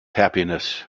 happiness